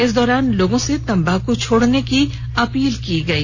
इस दौरान लोगों से तंबाकू छोड़ने की अपील की गई